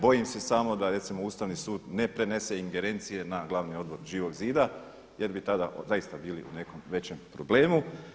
Bojim se samo da recimo Ustavni sud ne prenese ingerencije na glavni odbor Živog zida jer bi tada zaista bili u nekom većem problemu.